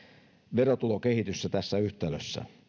verotulokehitystä tässä yhtälössä